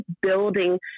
building